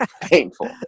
painful